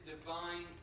divine